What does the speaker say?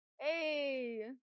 hey